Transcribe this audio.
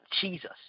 Jesus